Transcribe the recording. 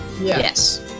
Yes